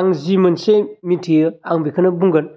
आं जि मोनसे मिथियो आं बेखैनो बुंगोन